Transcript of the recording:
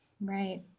Right